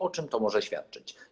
O czym to może świadczyć?